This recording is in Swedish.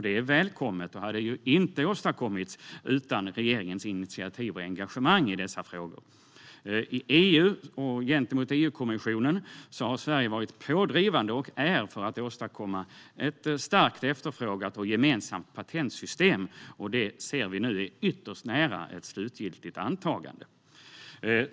Det är välkommet och hade inte åstadkommits utan regeringens initiativ och engagemang i dessa frågor. I EU och gentemot EU-kommissionen har Sverige varit och är pådrivande för att åstadkomma ett starkt efterfrågat och gemensamt patentsystem. Vi ser nu att det är ytterst nära ett slutgiltigt antagande.